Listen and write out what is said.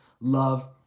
love